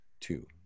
Two